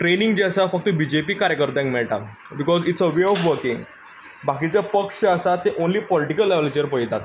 tanning जी आसा फक्त बी जे पी कार्यकर्त्यांक मेळटा because it's a way of working बाकीचे पक्ष आसात ते फक्त पॉलिटिकल लेव्हलाचेर पळयतात